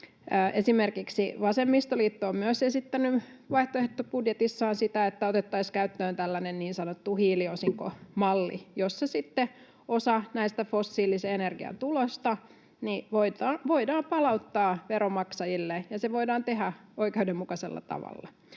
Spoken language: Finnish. Esimerkiksi vasemmistoliitto on myös esittänyt vaihtoehtobudjetissaan sitä, että otettaisiin käyttöön tällainen niin sanottu hiiliosinkomalli, jossa sitten osa näistä fossiilisen energian tuloista voidaan palauttaa veronmaksajille ja se voidaan tehdä oikeudenmukaisella tavalla